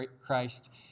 Christ